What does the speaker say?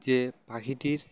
যে পাখিটির